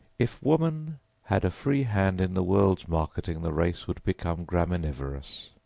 if woman had a free hand in the world's marketing the race would become graminivorous.